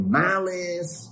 malice